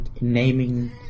naming